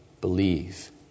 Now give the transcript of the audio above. believe